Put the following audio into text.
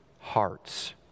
hearts